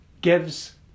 gives